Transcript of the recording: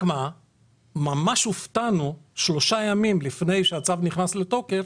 ממש הופתענו כששלושה ימים לפני שהצו נכנס לתוקף